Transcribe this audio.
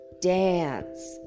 dance